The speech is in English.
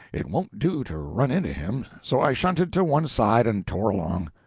it won't do to run into him, so i shunted to one side and tore along.